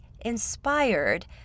inspired